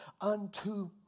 unto